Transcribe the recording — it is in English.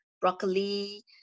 broccoli